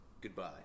Goodbye